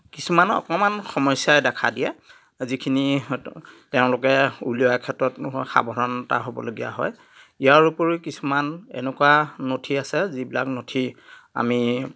কিছুমান অকণমান সমস্যাই দেখা দিয়ে যিখিনি তেওঁলোকে উলিওৱাৰ ক্ষেত্ৰত সাৱধানতা হ'বলগীয়া হয় ইয়াৰ উপৰিও কিছুমান এনেকুৱা নথি আছে যিবিলাক নথি আমি